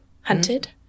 hunted